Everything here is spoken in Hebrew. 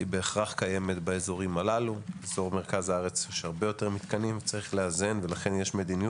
בסוף זה החלטת